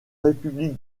république